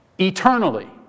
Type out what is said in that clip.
Eternally